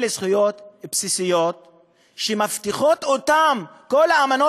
אלה זכויות בסיסיות שמבטיחים כל האמנות